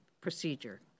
procedure